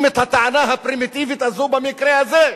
את הטענה הפרימיטיבית הזו במקרה הזה,